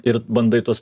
ir bandai tuos